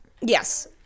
Yes